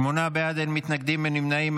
שמונה בעד, אין מתנגדים, אין נמנעים.